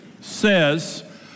says